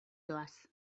doaz